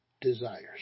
desires